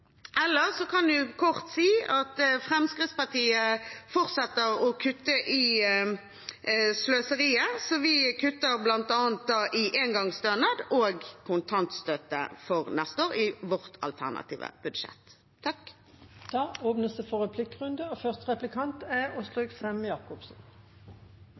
kan jeg kort si at Fremskrittspartiet fortsetter å kutte i sløseriet. Vi kutter bl.a. i engangsstønad og kontantstøtte for neste år i vårt alternative budsjett. Det